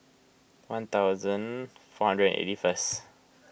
one thousand four hundred and eighty first